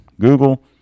Google